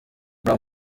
muri